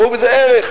ראו בזה ערך.